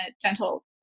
dental